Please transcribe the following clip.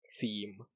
theme